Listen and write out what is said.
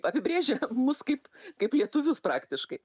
apibrėžia mus kaip kaip lietuvius praktiškai